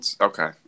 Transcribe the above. Okay